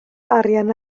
arian